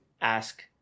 ask